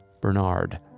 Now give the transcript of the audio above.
Bernard